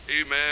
amen